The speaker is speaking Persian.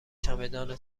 چمدان